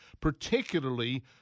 particularly